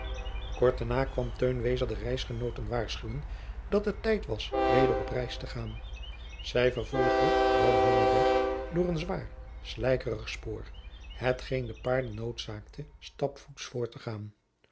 kort daarna kwam teun wezer de reisgenooten waarschuwen dat het tijd was weder op reis te gaan zij vervolgde dan hunnen weg door een zwaar slijkerig spoor hetgeen de paarden nood zaakte stapvoets voort te gaan